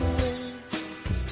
waste